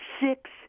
six